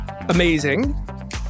amazing